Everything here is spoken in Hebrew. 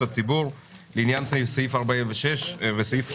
ציבור לעניין סעיף 46 לפקודת מס הכנסה.